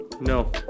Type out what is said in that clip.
No